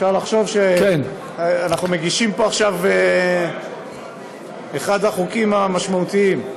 אפשר לחשוב שאנחנו מגישים פה עכשיו את אחד החוקים המשמעותיים.